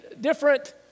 different